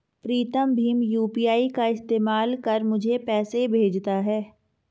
प्रीतम भीम यू.पी.आई का इस्तेमाल कर मुझे पैसे भेजता है